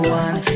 one